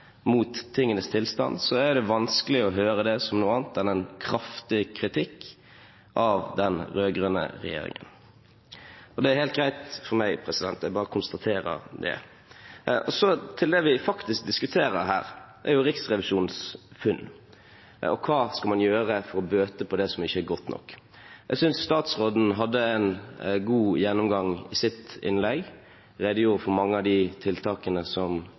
mot tingenes tilstand, er det vanskelig å høre det som noe annet enn en kraftig kritikk av den rød-grønne regjeringen. Det er helt greit for meg, jeg bare konstaterer det. Så til det vi faktisk diskuterer her: Riksrevisjonens funn og hva man skal gjøre for å bøte på det som ikke er godt nok. Jeg synes statsråden hadde en god gjennomgang i sitt innlegg, hun redegjorde for mange av de tiltakene som